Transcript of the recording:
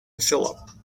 phillip